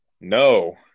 No